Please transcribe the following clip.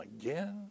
again